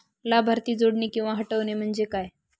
लाभार्थी जोडणे किंवा हटवणे, म्हणजे काय?